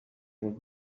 old